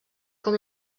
com